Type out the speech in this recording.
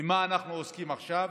במה אנחנו עוסקים עכשיו?